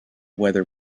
whether